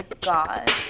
God